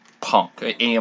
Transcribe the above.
Punk